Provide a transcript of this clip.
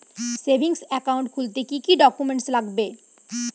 Savings account খুলতে কি কি ডকুমেন্টস লাগবে?